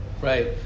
Right